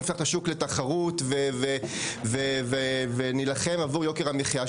נפתח את השוק לתחרות ונילחם עבור יוקר המחייה,